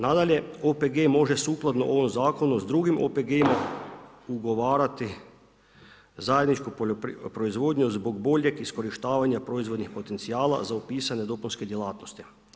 Nadalje, OPG može sukladno ovom zakonu s drugim OPG-ima ugovarati zajedničku poljoprivrednu proizvodnju zbog boljeg iskorištavanja proizvodnih potencijala za upisane dopunske djelatnosti.